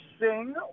sing